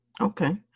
Okay